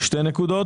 2 נקודות,